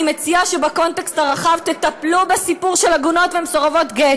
אני מציעה שבקונטקסט הרחב תטפלו בסיפור של עגונות ומסורבות גט